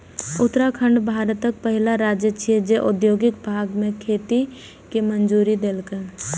उत्तराखंड भारतक पहिल राज्य छियै, जे औद्योगिक भांग के खेती के मंजूरी देलकै